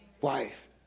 wife